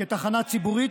כתחנה ציבורית,